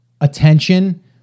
attention